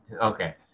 okay